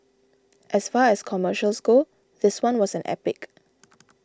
as far as commercials go this one was an epic